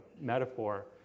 metaphor